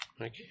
okay